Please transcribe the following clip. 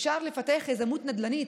אפשר לפתח יזמות נדל"נית.